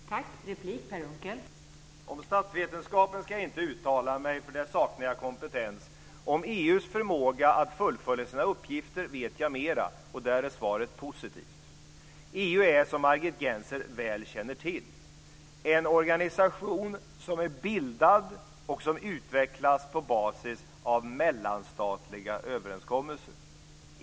Fru talman! Om statsvetenskapen ska jag inte uttala mig, för där saknar jag kompetens. Om EU:s förmåga att fullfölja sina uppgifter vet jag mera. Där är svaret positivt. EU är, som Margit Gennser väl känner till, en organisation som är bildad och som utvecklas på basis av mellanstatliga överenskommelser.